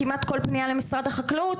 כמעט כל פנייה למשרד החקלאות,